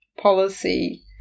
policy